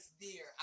dear